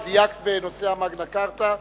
ודייקת בנושא המגנה כרטה,